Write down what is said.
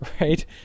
right